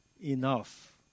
enough